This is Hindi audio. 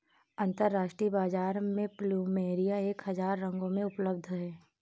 अंतरराष्ट्रीय बाजार में प्लुमेरिया एक हजार रंगों में उपलब्ध हैं